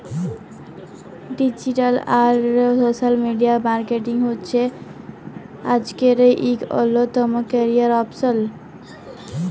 digital আর social media marketing হছে আইজকের ইক অল্যতম ক্যারিয়ার অপসল